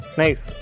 nice